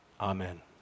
Amen